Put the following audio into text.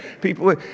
People